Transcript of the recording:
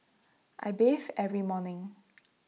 I bathe every morning